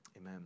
amen